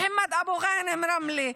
מחמוד אבו גאנם מרמלה,